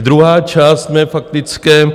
Druhá část mé faktické.